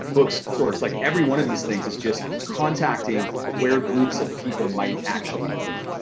bookstores, like every one of these things is just contacting where groups of people might actually be.